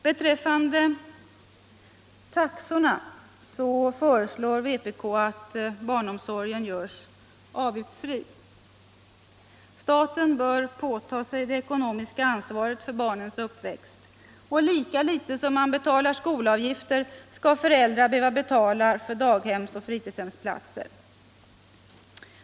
Beträffande taxor föreslår vpk att barnomsorgen görs avgiftsfri. Staten bör påta sig det ekonomiska ansvaret för barnens uppvixt. Lika litet som man betalar skolavgifter skall föräldrar behöva betala för daghems och fritidshemsplatser.